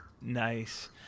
Nice